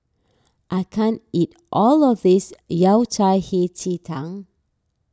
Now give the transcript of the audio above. I can't eat all of this Yao Cai Hei Ji Tang